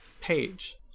page